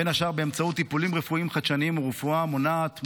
בין השאר באמצעות טיפולים רפואיים חדשניים ורפואה מונעת,